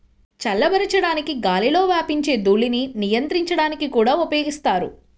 చల్లబరచడానికి గాలిలో వ్యాపించే ధూళిని నియంత్రించడానికి కూడా ఉపయోగిస్తారు